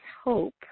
hope